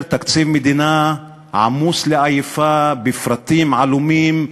תקציב מדינה עמוס לעייפה בפרטים עלומים,